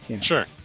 Sure